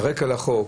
הרקע לחוק,